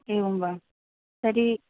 एवं वा तर्हि